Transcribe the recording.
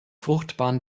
fruchtbaren